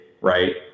right